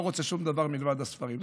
לא רוצה שום דבר מלבד הספרים.